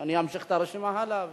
אני אמשיך את הרשימה הלאה.